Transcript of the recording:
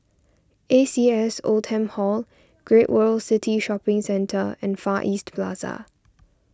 A C S Oldham Hall Great World City Shopping Centre and Far East Plaza